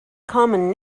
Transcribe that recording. common